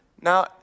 Now